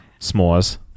S'mores